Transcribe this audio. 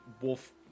wolf